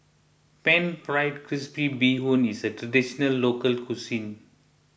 Pan Fried Crispy Bee Hoon is a Traditional Local Cuisine